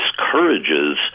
discourages